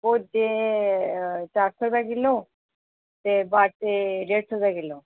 खोजे सट्ठ रपेऽ किल्लो ते बाटे डेढ़ सौ रपेआ किल्लो